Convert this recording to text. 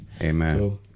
Amen